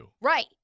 right